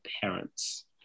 parents